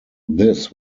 this